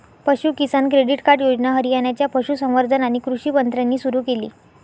पशु किसान credit card योजना हरियाणाच्या पशुसंवर्धन आणि कृषी मंत्र्यांनी सुरू केली